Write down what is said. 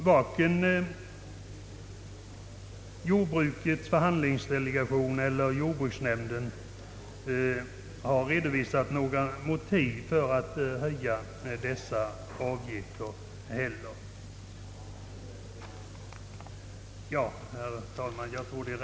Varken jordbrukets för handlingsdelegation eller jordbruksnämnden har redovisat några motiv för att höja dessa avgifter.